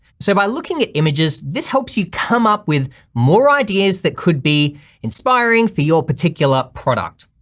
so by looking at images, this helps you come up with more ideas that could be inspiring for your particular product.